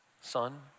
son